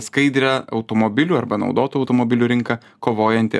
skaidrią automobilių arba naudotų automobilių rinką kovojanti